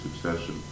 succession